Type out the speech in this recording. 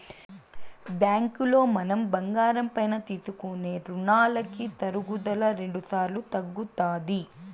బ్యాంకులో మనం బంగారం పైన తీసుకునే రునాలకి తరుగుదల రెండుసార్లు తగ్గుతాది